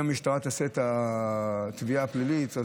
אם המשטרה תעשה את התביעה הפלילית,